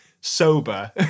sober